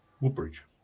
woodbridge